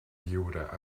lliure